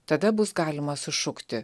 tada bus galima sušukti